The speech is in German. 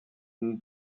den